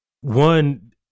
one